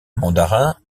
mandarin